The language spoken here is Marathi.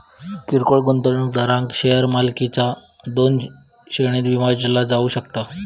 किरकोळ गुंतवणूकदारांक शेअर मालकीचा दोन श्रेणींत विभागला जाऊ शकता